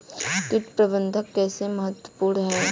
कीट प्रबंधन कैसे महत्वपूर्ण है?